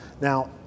Now